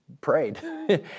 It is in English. prayed